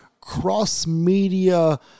cross-media